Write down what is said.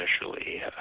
initially